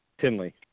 Tinley